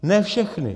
Ne všechny...